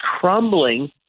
crumbling